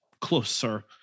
closer